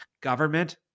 Government